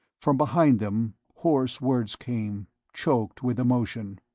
from behind them hoarse words came, choked with emotion.